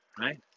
right